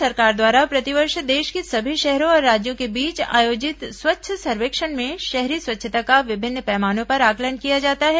केन्द्र सरकार द्वारा प्रतिवर्ष देश के सभी शहरों और राज्यों के बीच आयोजित स्वच्छ सर्वेक्षण में शहरी स्वच्छता का विभिन्न पैमानों पर आंकलन किया जाता है